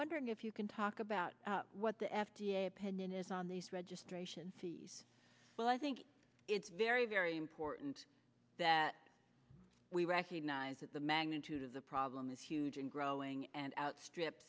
wondering if you can talk about what the f d a opinion is on this registration well i think it's very very important that we recognize that the magnitude of the problem is huge and growing and outstrip